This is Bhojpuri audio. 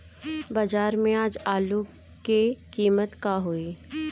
बाजार में आज आलू के कीमत का होई?